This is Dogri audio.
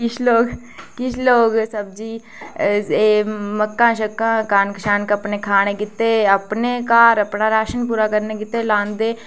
किश लोग किश लोग सब्जी मक्कां कनक अपने खाने गितै अपने घर अपना राशन खाने गितै लांदे